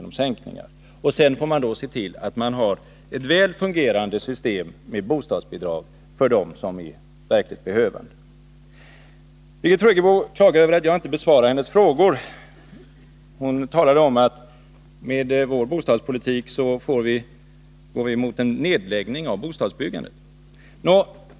Därefter gäller det att ha ett väl fungerande system med bostadsbidrag för de verkligt behövande. Birgit Friggebo klagade över att jag inte besvarade hennes frågor. Moderaternas bostadspolitik, sade hon, betyder att vi går mot en nedläggning av bostadsbyggandet.